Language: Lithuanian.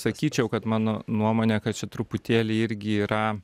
sakyčiau kad mano nuomone kad čia truputėlį irgi yra